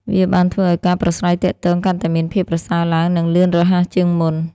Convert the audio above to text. វាបានធ្វើឲ្យការប្រាស្រ័យទាក់ទងកាន់តែមានភាពប្រសើរឡើង និងលឿនរហ័សជាងមុន។